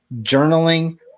journaling